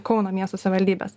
kauno miesto savivaldybės